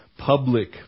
Public